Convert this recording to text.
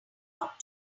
talk